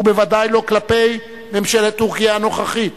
ובוודאי לא כלפי ממשלת טורקיה הנוכחית,